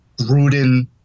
Gruden